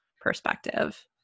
perspective